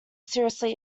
seriously